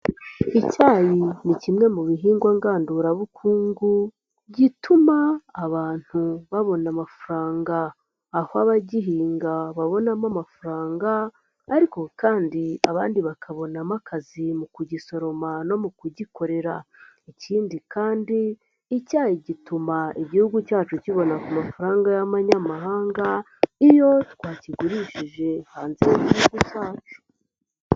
Icyayi ni kimwe mu bihingwa ngandurabukungu gituma abantu babona amafaranga, aho abagihinga babonamo amafaranga ariko kandi abandi bakabonamo akazi mu kugisoroma no mu kugikorera, ikindi kandi icyayi gituma igihugu cyacu kibona ku mafaranga y'abanyamahanga, iyo twakigurishije hanze y'igihugu cyacu.